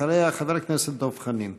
אחריה, חבר הכנסת דב חנין.